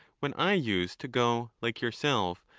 when i used to go, like yourself,